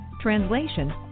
translation